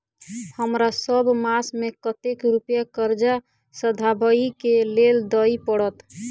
हमरा सब मास मे कतेक रुपया कर्जा सधाबई केँ लेल दइ पड़त?